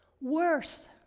Worse